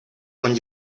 con